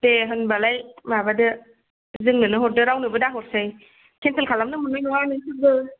दे होनबालाय माबादो जोंनोनो हरदो रावनोबो दा हरसै केन्सेल खालामनो मोन्नाय नङा नोंसोरबो